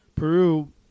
Peru